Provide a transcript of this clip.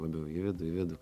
labiau į vidų į vidų